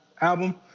album